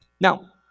Now